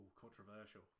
controversial